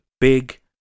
big